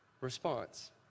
response